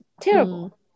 terrible